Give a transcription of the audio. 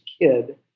kid